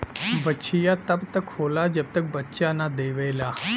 बछिया तब तक होला जब तक बच्चा न देवेला